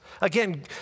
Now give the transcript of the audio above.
Again